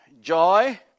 joy